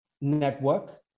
network